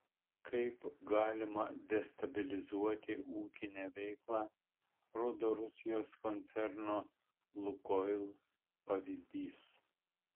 kaip galima destabilizuoti ūkinę veiklą rodo rusijos koncerno lukoil pavyzdys